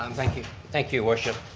um thank you, thank you, worship.